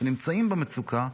שנמצאים במצוקה,